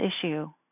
issue